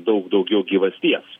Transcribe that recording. daug daugiau gyvasties